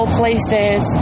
places